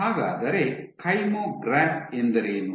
ಹಾಗಾದರೆ ಕೈಮೊಗ್ರಾಫ್ ಎಂದರೇನು